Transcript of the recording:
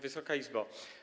Wysoka Izbo!